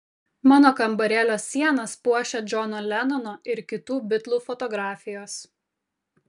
mano kambarėlio sienas puošia džono lenono ir kitų bitlų fotografijos